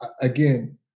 again